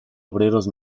obreros